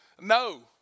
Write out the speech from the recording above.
No